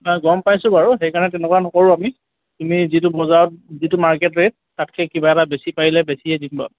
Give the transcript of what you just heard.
নহয় গম পাইছোঁ বাৰু সেইকাৰণে তেনেকুৱা নকৰোঁ আমি এনেই যিটো বজাৰত যিটো মাৰ্কেট ৰেট তাতকৈ কিবা এটা বেছি পাৰিলে বেছিয়ে দিম বাৰু